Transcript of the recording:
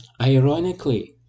Ironically